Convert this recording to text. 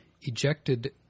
ejected